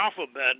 alphabet